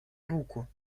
руку